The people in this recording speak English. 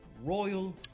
royal